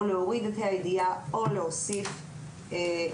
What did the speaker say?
זה לגבי